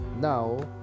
now